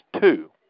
two